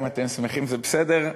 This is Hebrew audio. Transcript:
זהבה, אם אתם שמחים זה בסדר.